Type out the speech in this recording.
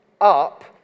up